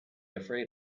afraid